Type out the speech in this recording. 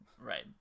Right